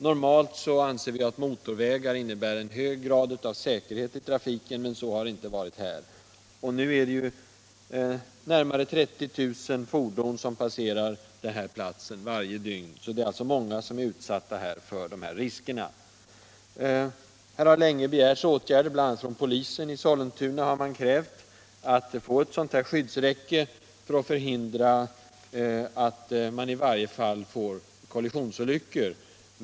Normalt anser vi att motorvägar innebär en hög grad av säkerhet i trafiken. Så har det inte varit här. Nu passerar närmare 30 000 fordon denna plats varje dygn. Det är alltså många som är utsatta för riskerna. Åtgärder har länge begärts. Bl. a. har polisen i Sollentuna krävt att få ett skyddsräcke för att i varje fall kollisionsolyckor skall förhindras.